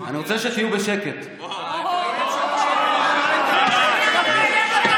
אני רוצה שתהיו בשקט.